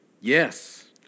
Yes